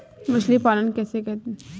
मछली पालन कैसे करें?